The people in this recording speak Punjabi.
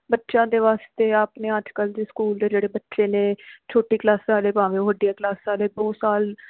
ਬੱਚਿਆਂ ਦੇ ਵਾਸਤੇ ਆਪਣੇ ਅੱਜ ਕੱਲ੍ਹ ਦੇ ਸਕੂਲ ਦੇ ਜਿਹੜੇ ਬੱਚੇ ਨੇ ਛੋਟੀ ਕਲਾਸ ਵਾਲੇ ਭਾਵੇਂ ਉਹ ਵੱਡੀਆਂ ਕਲਾਸਾਂ ਦੇ ਦੋ ਸਾਲ